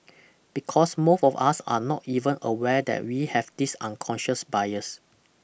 because most of us are not even aware that we have this unconscious bias